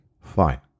fine